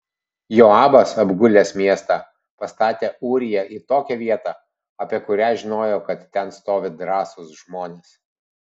joabas apgulęs miestą pastatė ūriją į tokią vietą apie kurią žinojo kad ten stovi drąsūs žmonės